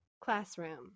classroom